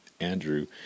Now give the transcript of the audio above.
andrew